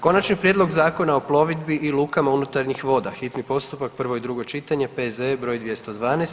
Konačni prijedlog Zakona o plovidbi i lukama unutarnjih voda, hitni postupak, prvo i drugo čitanje, P.Z.E. br. 212.